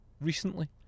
recently